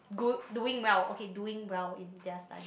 good doing well okay doing well in their studies